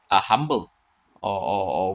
are humble or or or